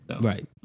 Right